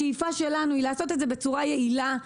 השאיפה שלנו היא לעשות את זה בצורה יעילה,